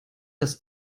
das